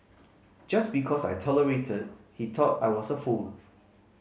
just because I tolerated he thought I was a fool